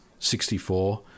64